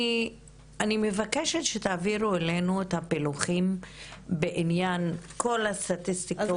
אני מבקשת שתעבירו אלינו את הפילוחים בעניין כל הסטטיסטיקות